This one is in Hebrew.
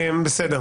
בסדר.